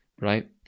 right